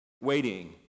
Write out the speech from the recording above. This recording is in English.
waiting